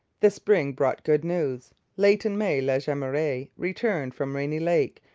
the spring brought good news. late in may la jemeraye returned from rainy lake,